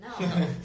no